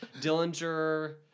Dillinger